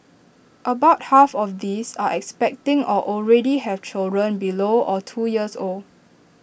about half of these are expecting or already have children below or two years old